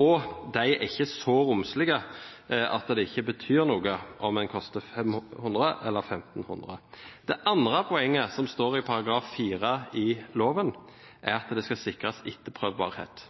og de er ikke så romslige at det ikke betyr noe om det koster 500 kr eller 1 500 kr. Det andre poenget, som står i § 4 i lovforslaget, er at det skal sikres etterprøvbarhet.